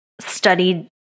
studied